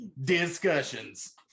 discussions